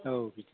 औ